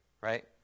right